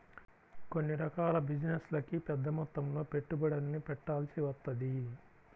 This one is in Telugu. కొన్ని రకాల బిజినెస్లకి పెద్దమొత్తంలో పెట్టుబడుల్ని పెట్టాల్సి వత్తది